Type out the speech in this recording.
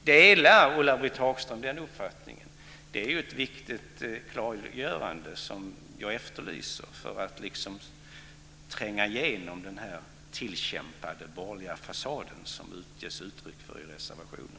Det är ett viktigt klargörande som jag efterlyser för att tränga igenom den tillkämpade borgerliga fasad som det ges uttryck för i reservationen.